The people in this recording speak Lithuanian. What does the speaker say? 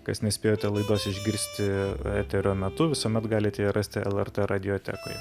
kas nespėjote laidos išgirsti eterio metu visuomet galite rasti lrt radiotekoje